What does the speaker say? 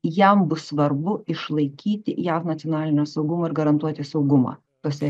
jam bus svarbu išlaikyti jav nacionalinio saugumo ir garantuoti saugumą tuose